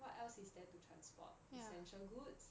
what else is there to transport essential goods